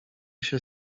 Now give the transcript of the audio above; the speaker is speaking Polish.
się